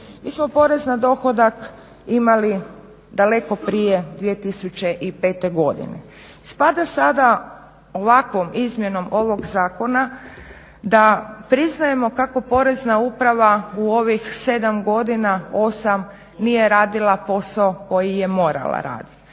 Mi smo porez na dohodak imali daleko prije 2005. godine. Vlada sada ovakvom izmjenom ovog zakona da priznajemo kako Porezna uprava u ovih 7 godina, 8 nije radila posao koji je morala raditi.